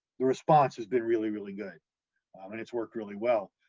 the response has been really, really good and it's worked really well.